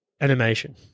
animation